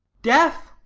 death,